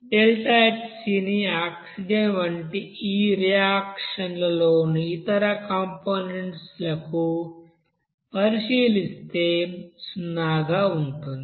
ΔHc ని ఆక్సిజన్ వంటి ఈ రియాక్షన్ లోని ఇతర కంపోనెంట్స్ లకు పరిశీలిస్తే సున్నా గా ఉంటుంది